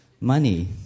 Money